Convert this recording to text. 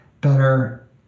better